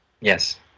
yes